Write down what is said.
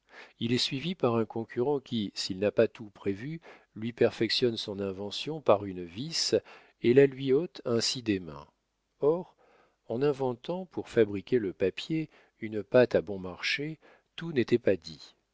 il est suivi par un concurrent qui s'il n'a pas tout prévu lui perfectionne son invention par une vis et la lui ôte ainsi des mains or en inventant pour fabriquer le papier une pâte à bon marché tout n'était pas dit